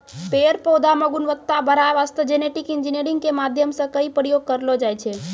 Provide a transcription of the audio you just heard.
पेड़ पौधा मॅ गुणवत्ता बढ़ाय वास्तॅ जेनेटिक इंजीनियरिंग के माध्यम सॅ कई प्रयोग करलो जाय छै